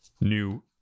new